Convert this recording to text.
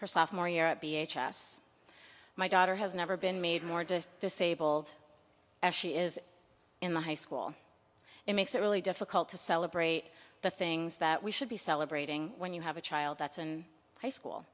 her sophomore year at b h s my daughter has never been made more just disabled as she is in the high school it makes it really difficult to celebrate the things that we should be celebrating when you have a child that's in high school